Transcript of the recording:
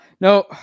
No